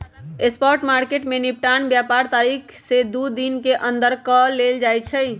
spot market में निपटान व्यापार तारीख से दू दिन के अंदर कऽ लेल जाइ छइ